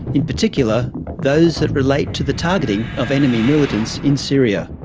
in particular those that relate to the targeting of enemy militants in syria.